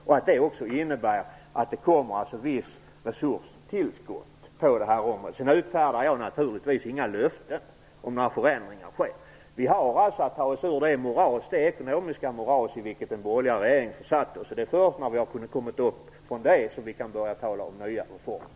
Det innebär också att det kommer vissa resurstillskott på det här området. Sedan utfärdar jag naturligtvis inga löften om när förändringar sker. Vi har alltså att ta oss ur det ekonomiska moras i vilket den borgerliga regeringen försatte oss, och det är först när vi har kunnat komma upp ur det som vi kan börja tala om nya reformer.